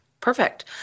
Perfect